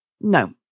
No